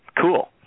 Cool